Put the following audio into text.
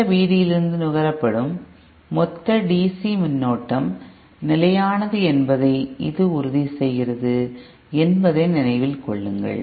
மூல VD இலிருந்து நுகரப்படும் மொத்த DC மின்னோட்டம் நிலையானது என்பதை இது உறுதி செய்கிறது என்பதை நினைவில் கொள்ளுங்கள்